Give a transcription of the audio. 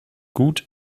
gut